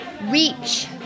reach